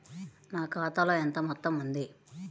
నా ఖాతాలో ఎంత మొత్తం ఉంది?